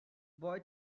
boy